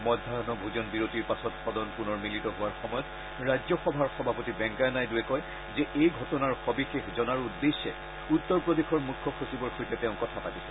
মধ্যাই ভোজন বিৰতিৰ পাছত সদন পূনৰ মিলিত হোৱাৰ সময়ত ৰাজ্যসভাৰ সভাপতি ভেংকায়া নাইডুৱে কয় যে এই ঘটনাৰ সবিশেষ জনাৰ উদ্দেশ্যে উত্তৰ প্ৰদেশৰ মুখ্য সচিবৰ সৈতে তেওঁ কথা পাতিছে